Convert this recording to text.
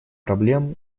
проблем